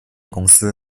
公司